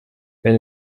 wenn